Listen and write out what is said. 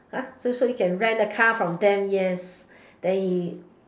so so you can rent a car from them